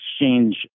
exchange